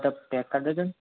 તો પેક કરી દેજો ને